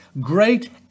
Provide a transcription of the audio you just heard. great